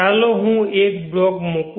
ચાલો હું એક બ્લોક મૂકું